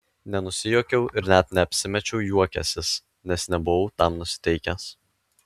nenusijuokiau ir net neapsimečiau juokiąsis nes nebuvau tam nusiteikęs